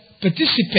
participate